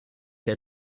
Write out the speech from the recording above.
der